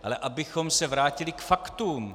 Ale abychom se vrátili k faktům.